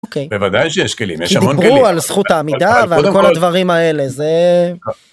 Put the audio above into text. אוקיי. בוודאי שיש כלים, יש המון כלים. כי דיברו על זכות העמידה ועל כל הדברים האלה, זה...